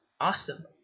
awesome